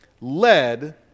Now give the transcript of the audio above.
led